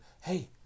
Hey